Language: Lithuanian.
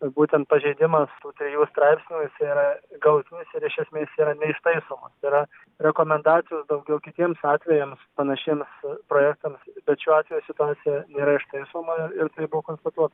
būtent pažeidimas tų trijų straipsnių jisai yra galutinis ir iš esmės yra neištaisomas tai yra rekomendacijos daugiau kitiems atvejams panašiems projektams bet šiuo atveju situacija nėra ištaisoma ir tai buvo konstatuota